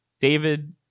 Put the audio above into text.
David